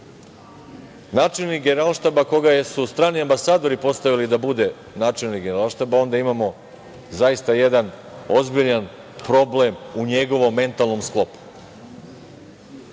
načelnik Generalštaba koga su strani ambasadori postavili da bude načelnik Generalštaba, onda imamo zaista jedan ozbiljan problem u njegovom mentalnom sklopu.